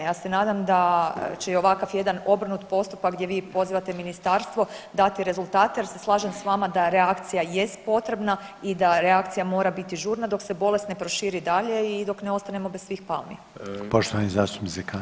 Ja se nadam da će i ovakav jedan obrnut postupak gdje vi pozivate ministarstvo dati rezultate jer se slažem s vama da reakcija jest potrebna i da reakcija mora biti žurna dok se bolest ne proširi dalje i dok ne ostanemo bez svih palmi.